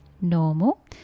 normal